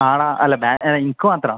നാള അല്ല ഇനിക്ക് മാത്രമ